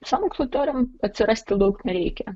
sąmokslo teorijom atsirasti daug nereikia